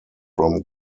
from